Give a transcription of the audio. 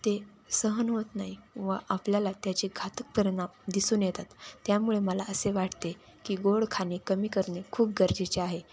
ते सहन होत नाही व आपल्याला त्याचे घातक परिणाम दिसून येतात त्यामुळे मला असे वाटते की गोड खाणे कमी करणे खूप गरजेचे आहे